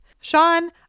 Sean